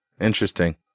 interesting